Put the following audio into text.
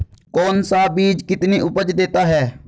कौन सा बीज कितनी उपज देता है?